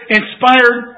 inspired